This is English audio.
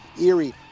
eerie